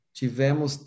tivemos